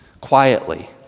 quietly